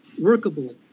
workable